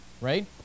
right